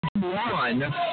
One